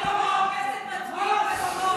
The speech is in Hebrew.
אני לא מתחנפת, אני לא מחפשת מצביעים וקולות,